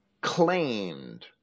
claimed